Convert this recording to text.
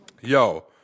Yo